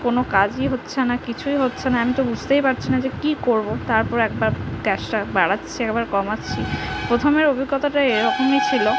কোনো কাজই হচ্ছে না কিছুই হচ্ছে না আমি তো বুঝতেই পারছি না যে কী করবো তারপর একবার গ্যাসটা বাড়াচ্ছি একবার কমাচ্ছি প্রথমের অভিজ্ঞতাটা এ রকমই ছিলো